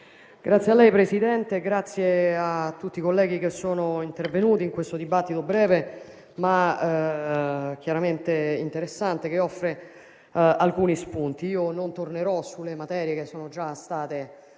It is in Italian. Signor Presidente, ringrazio tutti i colleghi che sono intervenuti in questo dibattito breve, ma interessante, che offre alcuni spunti. Non tornerò sulle materie che sono già state